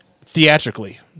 theatrically